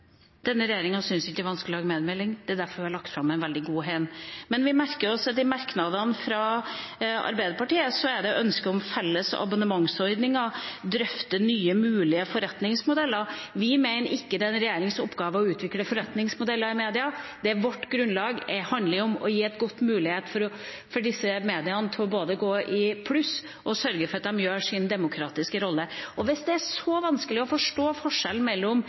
Denne regjeringa syns ikke det er vanskelig å lage mediemelding. Det er derfor vi har lagt fram en veldig god en. Men vi merker oss at det i merknadene fra Arbeiderpartiet er et ønske om felles abonnementsordninger og å drøfte nye mulige forretningsmodeller. Vi mener det ikke er en regjerings oppgave å utvikle forretningsmodeller i media. Vårt grunnlag handler om å gi gode muligheter for disse mediene til å gå i pluss og sørge for at de tar sin demokratiske rolle. Hvis det er så vanskelig å forstå at det er en sammenheng mellom